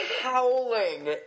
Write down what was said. howling